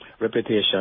reputation